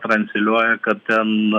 transliuoja kad ten